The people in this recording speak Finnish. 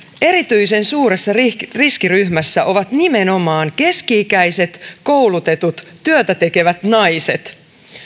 erityisen suuressa riskiryhmässä ovat nimenomaan keski ikäiset koulutetut työtä tekevät naiset